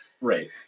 right